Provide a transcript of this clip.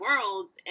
Worlds